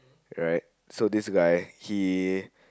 right so this guy he